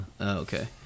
okay